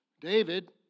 David